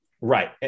Right